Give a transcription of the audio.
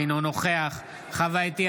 אינו נוכח חוה אתי